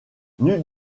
nulle